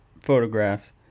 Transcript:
photographs